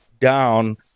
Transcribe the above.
down